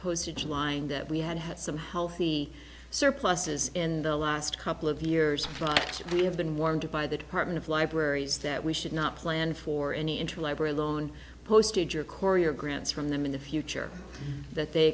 postage line that we had had some healthy surpluses in the last couple of years but we have been warmed by the department of libraries that we should not plan for any interlibrary loan postage or korea grants from them in the future that they